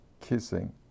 kissing